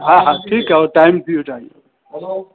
हा हा ठीकु आहे उहो टाइम थी वियो तव्हांजो हलो